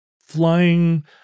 flying